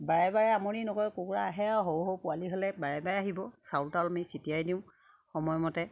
বাৰে বাৰে আমনি নকৰে কুকুৰা আহে আৰু সৰু সৰু পোৱালি হ'লে বাৰে বাৰে আহিব চাউল তাউল আমি চিটিয়াই দিওঁ সময়মতে